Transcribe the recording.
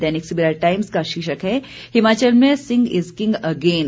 दैनिक Savera Times का शीर्षक है हिमाचल में सिंह ईज किंग अगेन